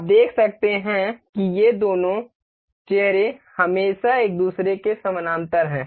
आप देख सकते हैं कि ये दोनों चेहरे हमेशा एक दूसरे के समानांतर हैं